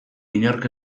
inork